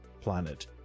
planet